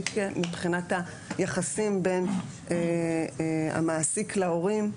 שמעסיק מבחינת היחסים בין המעסיק להורים.